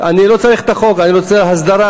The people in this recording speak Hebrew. אני לא צריך את החוק, אני רוצה הסדרה.